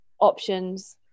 options